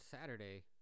Saturday